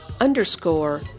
underscore